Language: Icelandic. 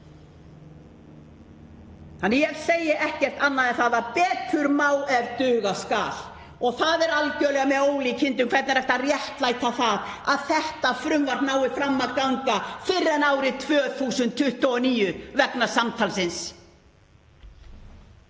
Þannig að ég segi ekkert annað en það að betur má ef duga skal. Það er algerlega með ólíkindum hvernig er hægt að réttlæta það að þetta frumvarp nái ekki fram að ganga fyrr en árið 2029, vegna samtalsins.